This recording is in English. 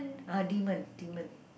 ah demon demon